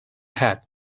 hat